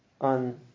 on